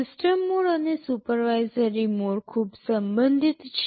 system mode અને supervisory mode ખૂબ સંબંધિત છે